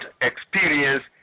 experience